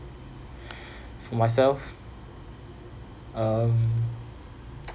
for myself um